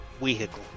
vehicle